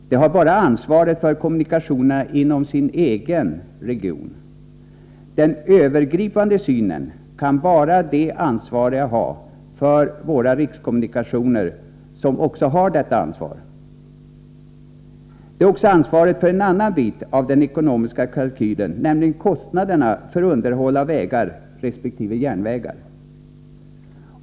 De har bara ansvaret för kommunikationerna inom sin egen region. Den samlade överblicken kan bara de för våra rikskommunikationer ansvariga ha, och de har också detta som sitt ansvar. De har också ansvaret för en annan bit av den ekonomiska kalkylen, nämligen kostnaderna för underhåll av vägar resp. järnvägar.